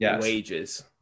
Wages